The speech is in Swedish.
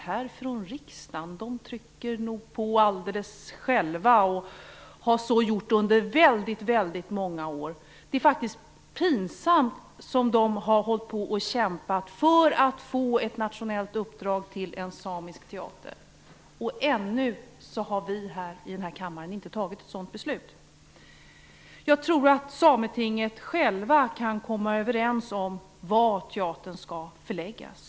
Därifrån trycker man nog på alldeles själv, och man har så gjort under väldigt, väldigt många år. Det är faktiskt pinsamt att konstatera hur mycket de har kämpat för att få ett nationellt uppdrag till en samisk teater, och ännu har vi i den här kammaren inte fattat ett sådant beslut. Jag tror att man inom Sametinget kan komma överens om vart teatern skall förläggas.